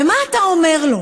ומה אתה אומר לו?